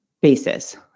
basis